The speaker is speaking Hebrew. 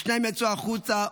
השניים יצאו החוצה,